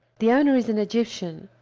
the owner is an egyptian,